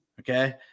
Okay